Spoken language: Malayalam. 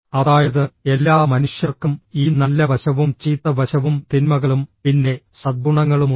അതായത് എല്ലാ മനുഷ്യർക്കും ഈ നല്ല വശവും ചീത്ത വശവും തിന്മകളും പിന്നെ സദ്ഗുണങ്ങളുമുണ്ട്